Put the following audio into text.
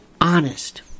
honest